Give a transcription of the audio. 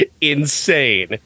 insane